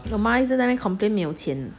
我妈一直在那边 complain 没有钱